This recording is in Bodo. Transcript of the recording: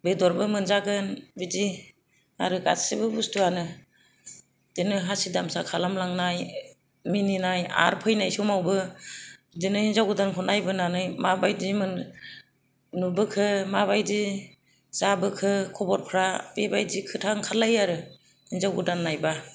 बेदरबो मोनजागोन बिदि आरो गासिबो बस्तुआनो बिदिनो हासि दामसा खालामलांनाय मिनिनाय आर फैनाय समावबो बिदिनो हिनजाव गोदानखौ नायबोनानै माबादि मोनखो माबादि नुबोखो माबादि जाबोखो खबरफोरा बेबादिनो खोथा ओंखारलायो आरो हिनजाव गोदान नायबा